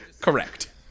correct